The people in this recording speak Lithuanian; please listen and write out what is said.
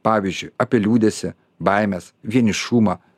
pavyzdžiui apie liūdesį baimes vienišumą